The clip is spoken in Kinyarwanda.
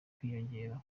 kwiyongera